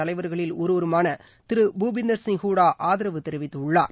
தலைவர்களில் ஒருவருமான திரு பூப்பிந்தர் சிங் ஹுடா ஆதரவு தெரிவித்துள்ளார்